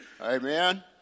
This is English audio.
Amen